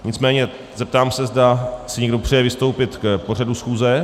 Nicméně se zeptám se, zda si někdo přeje vystoupit k pořadu schůze.